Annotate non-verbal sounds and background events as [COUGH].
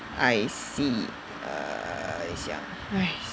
I see err 一下 [BREATH]